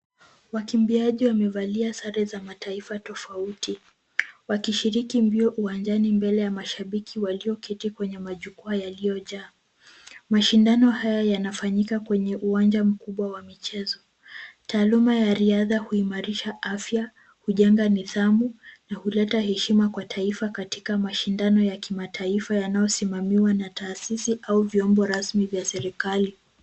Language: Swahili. Wakimbiaji wamevalia sare za mataifa tofauti wakishiriki mbio uwanjani mbele ya mashabiki walioketi kwenye majukwaa yaliyojaa. Mashindano haya hanafanyika kwenye uwanja mkubwa wa michezo. Taaluma ya riadha huimarisha afya, hujenga nidhamu na huleta heshima kwa taifa katika mashindano ya kimataifa yanayosimamiwa na taasisi au vyombo rasmi vya serikali.